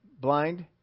blind